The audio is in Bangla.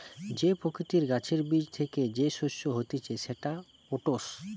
যে প্রকৃতির গাছের বীজ থ্যাকে যে শস্য হতিছে সেটা ওটস